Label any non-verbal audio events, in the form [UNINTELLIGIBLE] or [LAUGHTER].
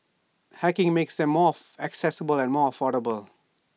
hacking makes them more [UNINTELLIGIBLE] accessible and more affordable